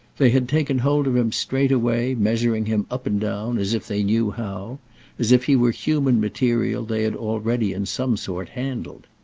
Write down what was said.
they had taken hold of him straightway measuring him up and down as if they knew how as if he were human material they had already in some sort handled.